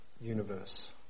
universe